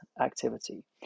activity